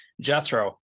Jethro